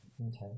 Okay